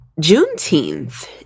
Juneteenth